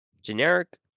Generic